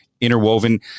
interwoven